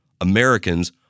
Americans